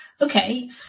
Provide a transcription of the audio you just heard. okay